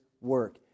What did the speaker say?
work